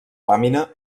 làmina